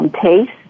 taste